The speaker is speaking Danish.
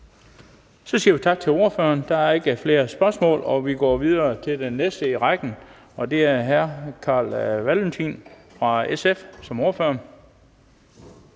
Så siger vi tak til ordføreren. Der er ikke flere spørgsmål. Vi går videre til den næste ordfører i rækken, og det er hr. Carl Valentin fra SF. Værsgo.